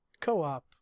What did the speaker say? co-op